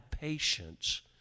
patience